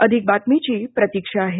अधिक बातमीची प्रतीक्षा आहे